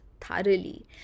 thoroughly